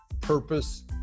purpose